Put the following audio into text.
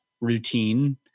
routine